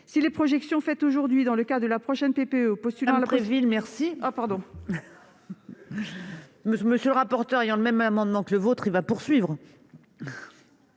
Si les projections faites aujourd'hui dans le cadre de la prochaine